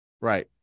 Right